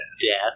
death